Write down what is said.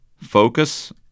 Focus